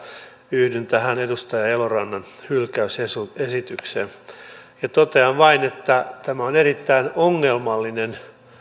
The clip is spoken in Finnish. yhdyn tähän edustaja elorannan hylkäysesitykseen totean vain että tämä on erittäin ongelmallinen